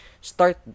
Start